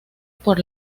por